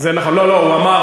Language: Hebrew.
שנתיים בנאום אחד.